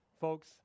Folks